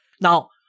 Now